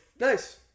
Nice